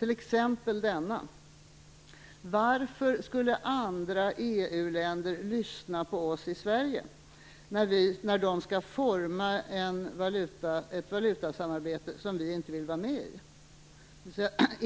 t.ex. denna: Varför skulle andra EU-länder lyssna på oss i Sverige när de skall forma ett valutasamarbete som vi inte vill vara med i?